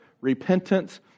repentance